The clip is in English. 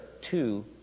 two